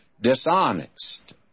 dishonest